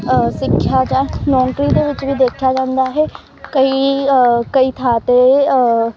ਸਿੱਖਿਆ ਜਾਂ ਨੌਕਰੀ ਦੇ ਵਿੱਚ ਵੀ ਦੇਖਿਆ ਜਾਂਦਾ ਹੈ ਕਈ ਕਈ ਥਾਂ 'ਤੇ